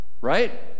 right